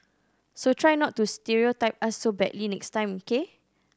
so try not to stereotype us so badly next time K